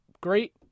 great